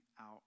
out